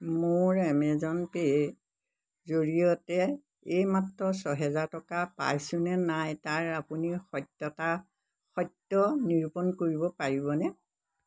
মোৰ এমেজন পে'ৰ জৰিয়তে এইমাত্ৰ ছহেজাৰ টকা পাইছোঁ নে নাই তাৰ আপুনি সত্যাতা সত্য নিৰূপণ কৰিব পাৰিব নে